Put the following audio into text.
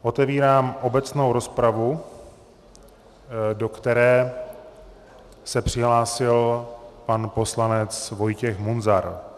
Otevírám obecnou rozpravu, do které se přihlásil pan poslanec Vojtěch Munzar.